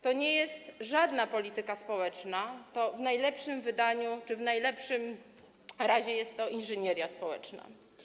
To nie jest żadna polityka społeczna, to w najlepszym wydaniu czy w najlepszym razie inżynieria społeczna.